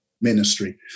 ministry